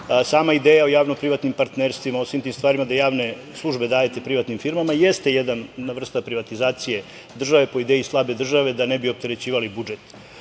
sama ideja o javno-privatnim partnerstvima, o svim tim stvarima gde javne službe dajete privatnim firmama, jeste jedna vrsta privatizacije države, po ideji slabe države, da ne bi opterećivali budžet.